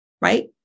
right